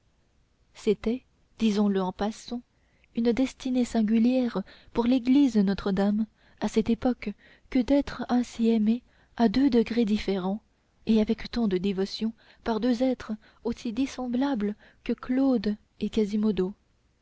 c'était disons-le en passant une destinée singulière pour l'église notre-dame à cette époque que d'être ainsi aimée à deux degrés différents et avec tant de dévotion par deux êtres aussi dissemblables que claude et quasimodo